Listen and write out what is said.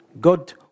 God